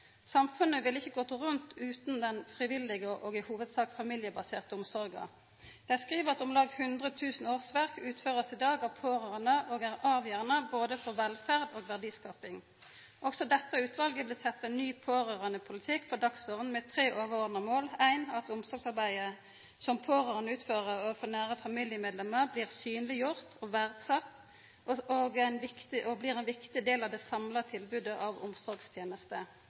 Samfunnet ville ikkje ha gått rundt utan den frivillige og i hovudsak familiebaserte omsorga. Dei skriv at om lag 100 000 årsverk i dag blir utførte av pårørande og er avgjerande både for velferd og verdiskaping. Også dette utvalet vil setja ein ny pårørandepolitikk på dagsordenen med tre overordna mål: Omsorgsarbeidet som pårørande utfører overfor nære familiemedlemer, må bli synleggjort og verdsett som ein viktig del av det samla tilbodet av omsorgstenester.